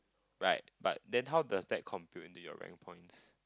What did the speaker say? right but then how does that compute into your rank points